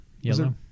yellow